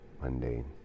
mundane